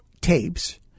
tapes